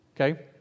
Okay